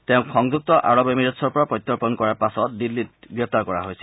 তেওঁক সংযুক্ত আৰব এমিৰেটচ্ৰ পৰা প্ৰত্যৰ্পন কৰাৰ পাছত দিল্লীত গ্ৰেপ্তাৰ কৰা হৈছিল